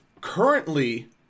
Currently